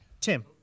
Tim